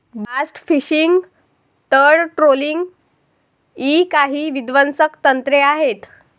blast fishing, तळ trolling इ काही विध्वंसक तंत्रे आहेत